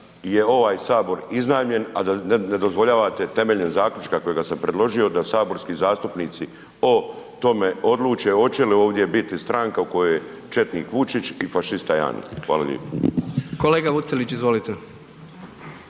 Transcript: je ovaj Sabor iznajmljen a da ne dozvoljavate temeljni zaključak kojega sam predložio da saborski zastupnici o tome odluče hoće li ovdje biti stranka u kojoj je četnik Vučić i fašist Tajani. Hvala lijepo. **Jandroković, Gordan